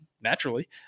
naturally